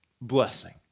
blessing